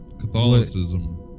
Catholicism